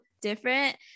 different